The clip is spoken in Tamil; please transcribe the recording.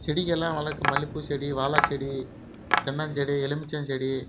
செடிங்களெலாம் வளர்க்கு மல்லிப்பூ செடி வாழைச்செடி தென்னம்செடி எலுமிச்சம்செடி